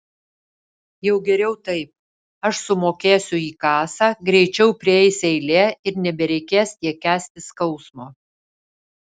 jau geriau taip aš sumokėsiu į kasą greičiau prieis eilė ir nebereikės tiek kęsti skausmo